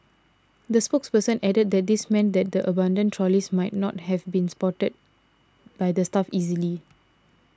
the spokesperson added that this meant that the abandoned trolleys might not have been spotted by the staff easily